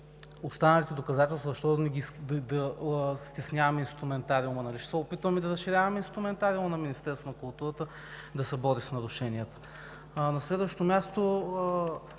останалите доказателства – защо да стесняваме инструментариума? Нали ще се опитваме да разширяваме инструментариума на Министерството на културата, за да се бори с нарушенията? На следващо място,